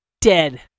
Dead